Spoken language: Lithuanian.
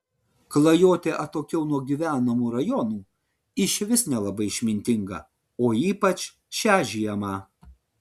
klajoti atokiau nuo gyvenamų rajonų išvis nelabai išmintinga o ypač šią žiemą